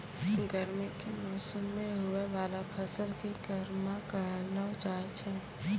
गर्मी के मौसम मे हुवै वाला फसल के गर्मा कहलौ जाय छै